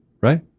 Right